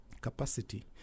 capacity